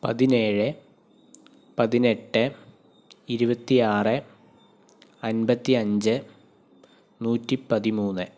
പതിനേഴ് പതിനെട്ട് ഇരുപത്തിയാറ് അൻപത്തിയഞ്ച് നൂറ്റിപ്പതിമൂന്ന്